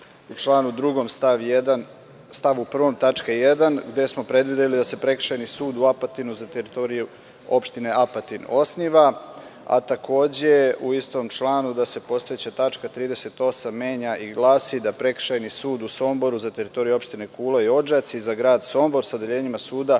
u članu 2. stav 1. tačka 1) gde smo predvideli da se Prekršajni sud u Apatinu za teritoriju opštine Apatin osniva, a takođe u istom članu da se postojeća tačka 38. menja i glasi – da Prekršajni sud u Somboru za teritoriju opštine Kula i Odžaci za Sombor sa odeljenjima suda